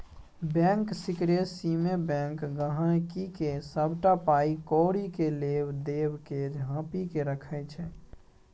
bank सिकरेसीमे bank गांहिकीक सबटा पाइ कौड़ी केर लेब देब केँ झांपि केँ राखय छै